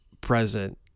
present